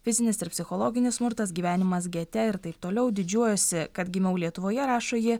fizinis ir psichologinis smurtas gyvenimas gete ir taip toliau didžiuojuosi kad gimiau lietuvoje rašo ji